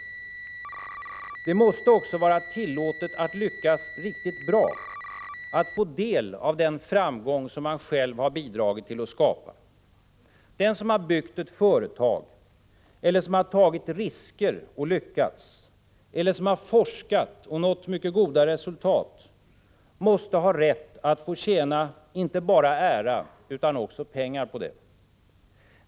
Men det måste också vara tillåtet att lyckas riktigt bra, att få del av den framgång man själv har bidragit till att skapa. Den som har byggt ett företag eller som tagit risker och lyckats eller som forskat och nått mycket goda resultat måste ha rätt att få inte bara ära utan också pengar för det.